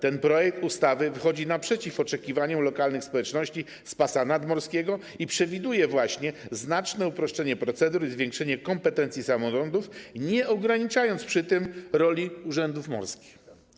Ten projekt ustawy wychodzi naprzeciw oczekiwaniom lokalnych społeczności z pasa nadmorskiego i przewiduje właśnie znaczne uproszczenie procedur i zwiększenie kompetencji samorządów, nie ograniczając przy tym roli urzędów morskich.